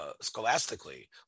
scholastically